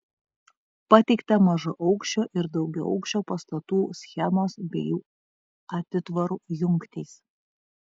pateikta mažaaukščio ir daugiaaukščio pastatų schemos bei jų atitvarų jungtys